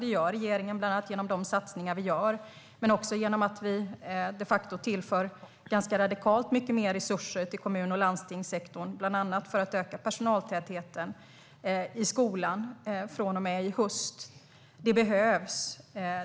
Det gör regeringen bland annat genom våra satsningar men också genom att vi de facto tillför ganska radikalt mycket mer resurser till kommun och landstingssektorn, bland annat för att öka personaltätheten i skolan från och med i höst. Det behövs.